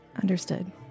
Understood